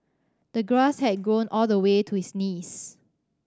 the grass had grown all the way to his knees